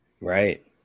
right